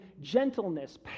gentleness